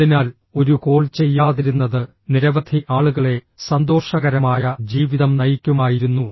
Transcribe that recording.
അതിനാൽ ഒരു കോൾ ചെയ്യാതിരുന്നത് നിരവധി ആളുകളെ സന്തോഷകരമായ ജീവിതം നയിക്കുമായിരുന്നു